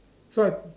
so I